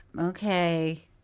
okay